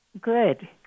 Good